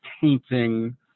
painting